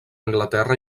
anglaterra